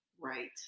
right